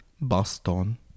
Boston